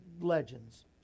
legends